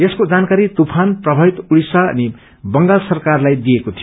यसको जानकारी तुफान प्रमावित ओडिशा अनि बंगालका सरकारहरूलाई दिइएको थियो